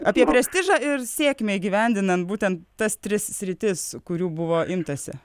apie prestižą ir sėkmę įgyvendinant būtent tas tris sritis kurių buvo imtasi